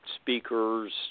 speakers